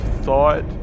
thought